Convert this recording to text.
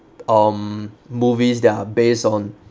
um movies that are based on